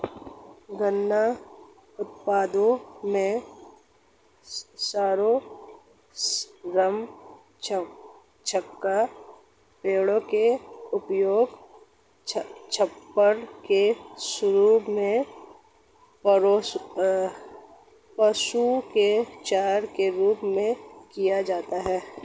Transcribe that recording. गन्ना उत्पादों में शीरा, रम, कचाका, पौधे का उपयोग छप्पर के रूप में, पशुओं के चारे के रूप में किया जाता है